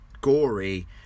gory